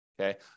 okay